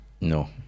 No